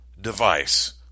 device